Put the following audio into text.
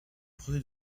rue